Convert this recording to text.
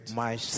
mas